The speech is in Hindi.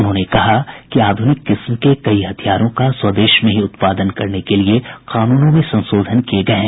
उन्होंने कहा कि आध्रनिक किस्म के कई हथियारों का स्वदेश में ही उत्पादन करने के लिए कानूनों में संशोधन किए गए हैं